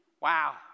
wow